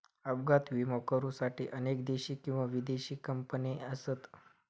अपघात विमो करुसाठी अनेक देशी किंवा विदेशी कंपने असत